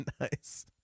nice